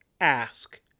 ask